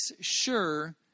sure